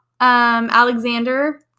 Alexander